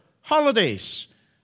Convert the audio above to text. holidays